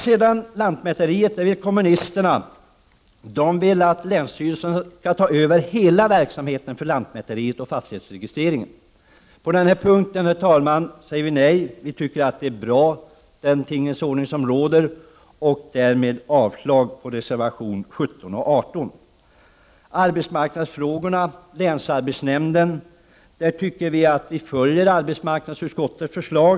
Vänsterpartiet kommunisterna vill att länsstyrelsen skall ta över hela verksamheten för lantmäteriet och fastighetsregistreringen. På den punkten säger vi nej. Vi tycker att den tingens ordning som råder är bra. Därmed yrkar jag avslag på reservationerna 17 och 18. Beträffande arbetsmarknadsfrågorna och länsarbetsnämnden följer vi arbetsmarknadsutskottets förslag.